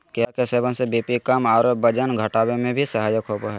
केला के सेवन से बी.पी कम आरो वजन घटावे में भी सहायक होबा हइ